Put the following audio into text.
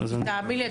תאמין לי,